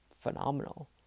phenomenal